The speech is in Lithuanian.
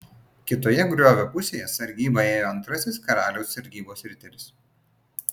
kitoje griovio pusėje sargybą ėjo antrasis karaliaus sargybos riteris